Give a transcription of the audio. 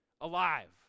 alive